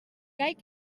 caic